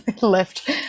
left